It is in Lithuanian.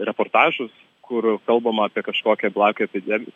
reportažus kur kalbama apie kažkokią blakių epidem